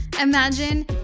imagine